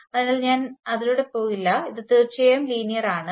അതിനാൽ ഞാൻ അതിലൂടെ പോകില്ല ഇത് തീർച്ചയായും ലീനിയർ ആണ്